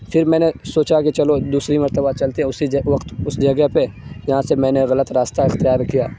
پھر میں نے سوچا کہ چلو دوسری مرتبہ چلتے ہیں اسی وقت اس جگہ پہ جہاں سے میں نے غلط راستہ اختیار کیا